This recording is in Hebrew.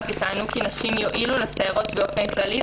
וטענו כי נשים יועילו לסיירות באופן כללי,